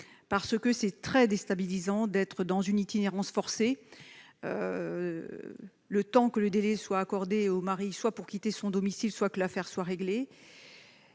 ; il est très déstabilisant d'être dans une itinérance forcée, le temps que le délai soit accordé au mari de quitter le domicile ou que l'affaire soit réglée.